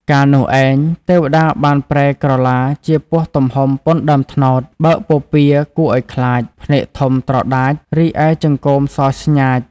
កាលនោះឯង ទេវតាបានប្រែក្រឡាជាពស់ទំហំប៉ុនដើមត្នោត បើកពពារគួរឱ្យខ្លាច ភ្នែកធំត្រដាច រីឯចង្កូមសស្ញាច។